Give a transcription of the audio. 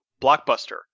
Blockbuster